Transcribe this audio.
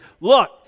look